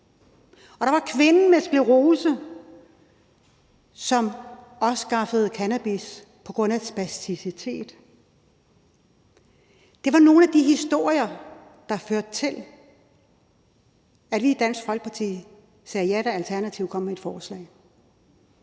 Og der var kvinden med sklerose, som skaffede sig cannabis på grund af spasticitet. Det var nogle af de historier, der førte til, at vi i Dansk Folkeparti sagde ja, da Alternativet kom med et forslag.